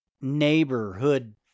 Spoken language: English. Neighborhood